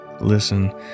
listen